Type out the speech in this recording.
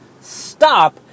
stop